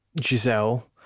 Giselle